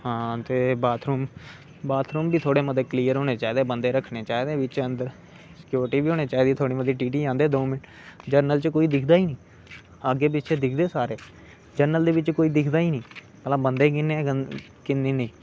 हां ते bathroom bathroom बी थोह्डे़ मते क्लियर होने चाहिदे बंदे रक्खने चाहिदे बिच अंदर सिक्योरिटी बी होनी चाहिदी थेह्ड़ी मती टी टी आंदे दो मिंट जरनल च कोई दिखदा गै नी अग्गे पिच्छे दिखदे सारे जरनल दे बिच कोई दिखदा गै नी भलां बंदे किन्ने गंदे न किन्ने नेईं